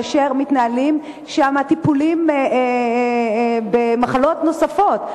כאשר מתנהלים שם טיפולים במחלות נוספות.